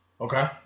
Okay